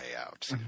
out